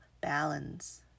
balance